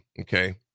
okay